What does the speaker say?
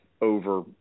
over